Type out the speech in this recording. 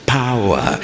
power